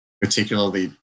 particularly